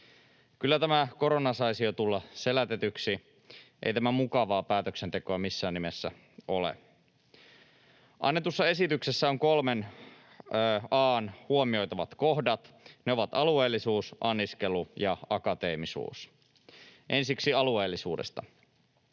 Kyllä tämä korona saisi jo tulla selätetyksi. Ei tämä mukavaa päätöksentekoa missään nimessä ole. Annetussa esityksessä on kolmen A:n huomioitavat kohdat. Ne ovat alueellisuus, anniskelu ja akateemisuus. Ensiksi alueellisuudesta: